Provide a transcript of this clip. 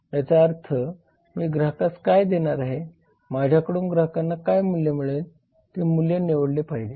याचा अर्थ मी ग्राहकास काय देणार आहे माझ्याकडून ग्राहकांना काय मूल्य मिळेल ते मूल्य निवडले पाहिजे